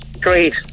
great